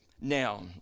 Now